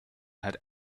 had